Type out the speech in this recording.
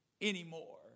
anymore